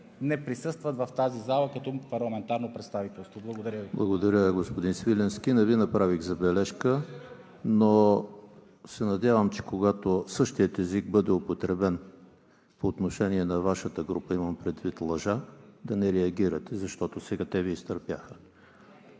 не присъстват в тази зала като парламентарно представителство. Благодаря Ви. ПРЕДСЕДАТЕЛ ЕМИЛ ХРИСТОВ: Благодаря, господин Свиленски. Не Ви направих забележка, но се надявам, че когато същият език бъде употребен по отношение на Вашата група – имам предвид лъжа, да не реагирате, защото сега те Ви изтърпяха.